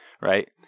Right